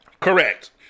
Correct